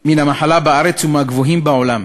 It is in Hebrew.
מן המחלה בארץ הוא מהגבוהים בעולם.